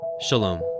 Shalom